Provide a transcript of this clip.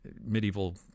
medieval